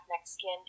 Mexican